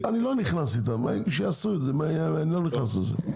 אני לא נכנס איתם שיעשו את זה אני לא נכנס את זה.